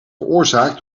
veroorzaakt